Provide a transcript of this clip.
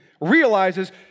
realizes